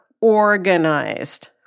organized